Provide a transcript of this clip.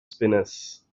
spinners